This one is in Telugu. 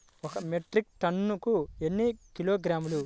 ఒక మెట్రిక్ టన్నుకు ఎన్ని కిలోగ్రాములు?